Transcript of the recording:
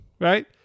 right